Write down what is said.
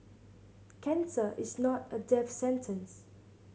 cancer is not a death sentence